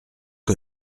que